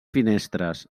finestres